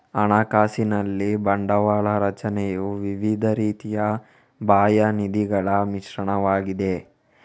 ಹಣಕಾಸಿನಲ್ಲಿ ಬಂಡವಾಳ ರಚನೆಯು ವಿವಿಧ ರೀತಿಯ ಬಾಹ್ಯ ನಿಧಿಗಳ ಮಿಶ್ರಣವಾಗಿದೆ